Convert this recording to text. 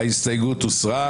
ההסתייגות הוסרה.